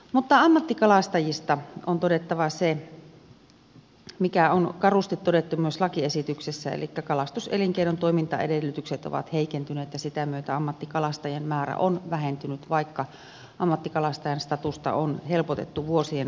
mutta ammattikalastajista on todettava se mikä on karusti todettu myös lakiesityksessä että kalastuselinkeinon toimintaedellytykset ovat heikentyneet ja sitä myötä ammattikalastajien määrä on vähentynyt vaikka ammattikalastajan statusta on helpotettu vuosien saatossa